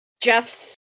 Jeff's